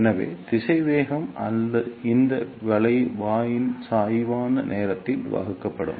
எனவே திசைவேகம் இந்த வளைவின் சாய்வான நேரத்தால் வகுக்கப்படும்